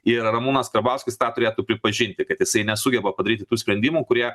ir ramūnas karbauskis tą turėtų pripažinti kad jisai nesugeba padaryti tų sprendimų kurie